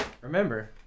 remember